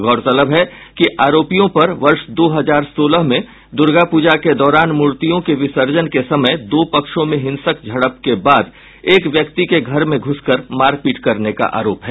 गौरतलब है कि आरोपियों पर वर्ष दो हजार सोलह में दूर्गापूजा के दौरान मूर्तियों के विसर्जन के समय दो पक्षों में हिंसक झड़प के बाद एक व्यक्ति के घर में घुसकर मारपीट करने का आरोप है